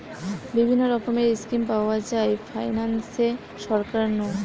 বিভিন্ন রকমের স্কিম পাওয়া যায় ফাইনান্সে সরকার নু